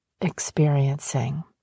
experiencing